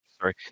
Sorry